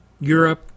Europe